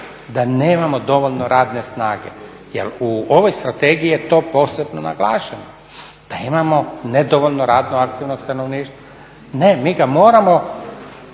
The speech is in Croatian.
da nemamo dovoljno radne snage jel u ovoj strategiji je to posebno naglašeno, da imamo nedovoljno radno aktivno stanovništvo. Ne, mi ga moramo